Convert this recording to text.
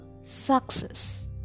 success